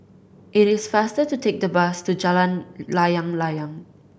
it is faster to take the bus to Jalan Layang Layang